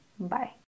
Bye